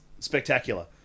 Spectacular